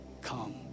come